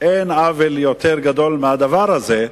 אין עוול יותר גדול מהדבר הזה,